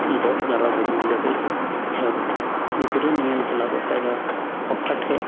ᱫᱚᱥ ᱮᱜᱟᱨᱳ ᱵᱟᱡᱮ ᱧᱤᱫᱟᱹ ᱠᱷᱚᱡ ᱠᱚ ᱮᱦᱚᱵᱟ ᱜᱤᱫᱽᱨᱟᱹ ᱱᱤᱭᱮᱢ ᱪᱟᱞᱟᱣ ᱠᱚᱡ ᱠᱷᱚᱡ ᱫᱚ ᱚᱠᱟ ᱴᱷᱮᱡ